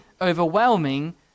overwhelming